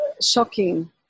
shocking